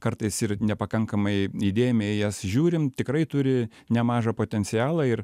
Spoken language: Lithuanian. kartais ir nepakankamai įdėmiai į jas žiūrim tikrai turi nemažą potencialą ir